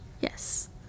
Yes